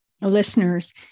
listeners